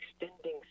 extending